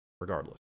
regardless